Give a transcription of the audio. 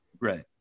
Right